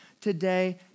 today